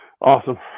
Awesome